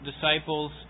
disciples